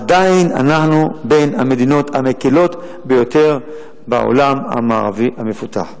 עדיין אנחנו בין המדינות המקילות ביותר בעולם המערבי המפותח.